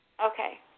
Okay